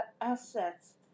assets